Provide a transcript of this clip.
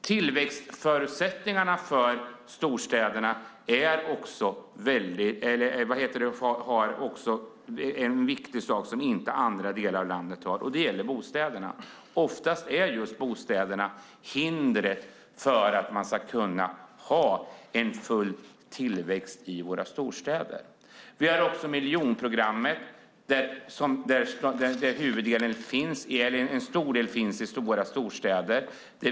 Tillväxtförutsättningarna för storstäderna är också en viktig sak som man inte har i andra delar av landet. Det gäller bostäderna. Oftast är just bostäderna hindret för att man ska kunna ha en full tillväxt i våra storstäder. Vi har också miljonprogrammet. Där finns huvuddelen i våra storstäder.